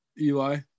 Eli